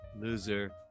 Loser